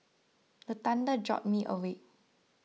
the thunder jolt me awake